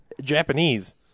japanese